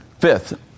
Fifth